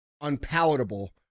unpalatable